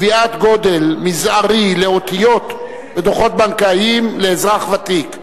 קביעת גודל מזערי לאותיות בדוחות בנקאיים לאזרח ותיק),